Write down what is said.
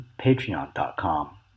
patreon.com